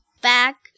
back